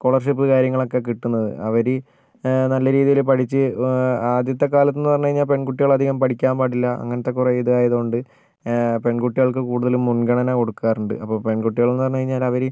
scholarship കാര്യങ്ങളൊക്കെ കിട്ടുന്നത് അവർ നല്ല രീതിയിൽ പഠിച്ച് ആദ്യത്തെ കാലത്തെന്ന് പറഞ്ഞുകഴിഞ്ഞാൽ പെൺകുട്ടികൾ അധികം പഠിക്കാൻ പാടില്ല അങ്ങനത്തെ കുറെ ഇതായതുകൊണ്ട് പെൺകുട്ടികൾക്ക് കൂടുതലും മുൻഗണന കൊടുക്കാറുണ്ട് അപ്പോൾ പെൺകുട്ടികൾ എന്ന് പറഞ്ഞു കഴിഞ്ഞാൽ അവർ